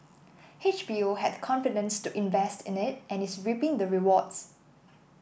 H B O had the confidence to invest in it and is reaping the rewards